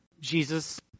Jesus